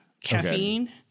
caffeine